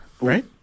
Right